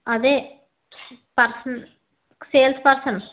అదే person sales person